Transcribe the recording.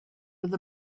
with